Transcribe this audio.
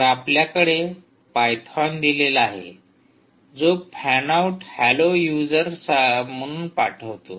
तर आपल्याकडे पायथॉन दिलेला आहे जो फॅन आऊट हॅलो युजर म्हणून पाठवतो